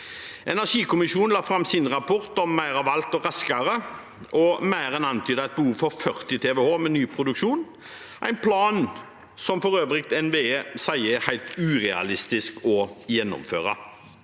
Energikommisjonen la fram sin rapport «Mer av alt – raskere» og mer enn antydet et behov for 40 TWh med ny produksjon – en plan NVE for øvrig sier er helt urealistisk å gjennomføre.